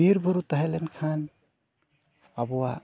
ᱵᱤᱨᱼᱵᱩᱨᱩ ᱛᱟᱦᱮᱸ ᱞᱮᱱᱠᱷᱟᱱ ᱟᱵᱚᱣᱟᱜ